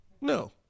No